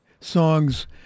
songs